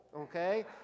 okay